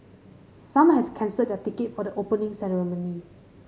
some have cancelled their ticket for the Opening Ceremony